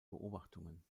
beobachtungen